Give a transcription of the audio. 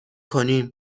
کنیم